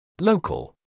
Local